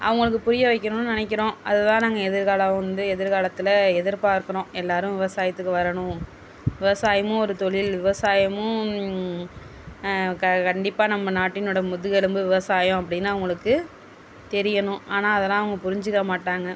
அவங்களுக்கு புரிய வைக்கணும்னு நினைக்கிறோம் அதுதான் நாங்கள் எதிர்காலம் வந்து எதிர்காலத்தில் எதிர் பார்க்கிறோம் எல்லோரும் விவசாயத்துக்கு வரணும் விவசாயமும் ஒரு தொழில் விவசாயமும் கண்டிப்பாக நம்ம நாட்டினோட முதுகெலும்பு விவசாயம் அப்படினு அவங்களுக்கு தெரியணும் ஆனால் அதெல்லாம் அவங்கள் புரிஞ்சிக்க மாட்டாங்க